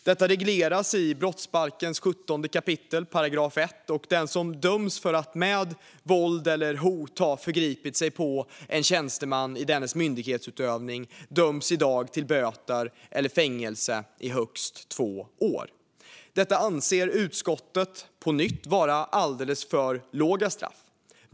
Detta regleras i brottsbalkens 17 kap. 1 §, och den som döms för att med våld eller hot ha förgripit sig på en tjänsteman i dennes myndighetsutövning döms i dag till böter eller fängelse i högst två år. Detta anser utskottet, på nytt, vara alldeles för låga straff.